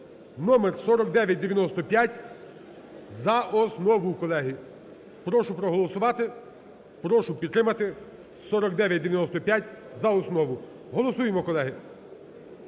(номер 4995) за основу, колеги. Прошу проголосувати, прошу підтримати 4995 за основу. Голосуємо, колеги.